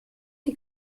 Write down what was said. die